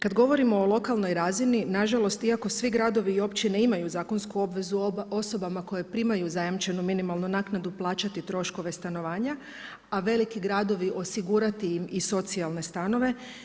Kada govorimo o lokalnoj razini, nažalost iako svi gradovi i općine imaju zakonsku obvezu osobama koje primaju zajamčenu minimalnu naknadu plaćati troškove poslovanja a veliki gradovi osigurati im i socijalne stanove.